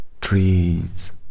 trees